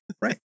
Right